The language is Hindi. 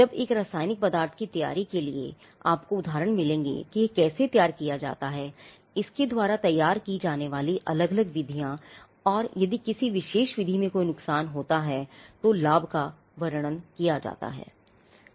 जबकि एक रासायनिक पदार्थ की तैयारी के लिए आपको उदाहरण मिलेंगे यह कैसे तैयार किया जाता है इसके द्वारा तैयार की जाने वाली अलग अलग विधियां और यदि किसी विशेष विधि में कोई नुकसान होता है तो लाभ का वर्णन किया जाता है